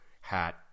hat